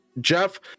Jeff